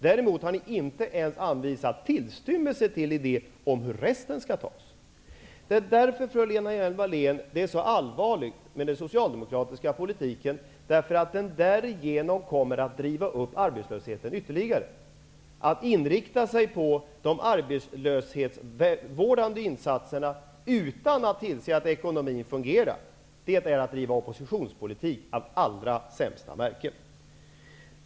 Men ni har inte ens anvisat en tillstymmelse till idé om hur det skall bli med resten. Därför är det, Lena Hjelm-Wallén, mycket allvarligt med den socialdemokratiska politiken, som ju härigenom kommer att driva upp arbetslösheten ytterligare. Att inrikta sig på arbetslöshetsvårdande insatser utan att tillse att ekonomin fungerar är att driva oppositionspolitik av allra sämsta märke.